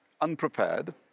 unprepared